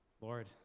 Lord